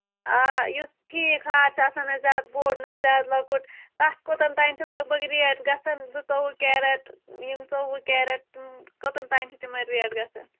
آ یُس ٹھیٖک ہار چھُ آسان نہ زیادٕ بوٚڑ نہ زیادٕ لۄکُٹ تَتھ کوٚتَن تانۍ چھِ لگ بگ ریٹ گژھان زٕتووُہ کیرٹ یِم ژوٚوُہ کیرٹ کوٚتَن تانۍ چھِ تِمَن ریٹ گژھان